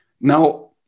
Now